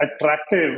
attractive